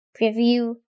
preview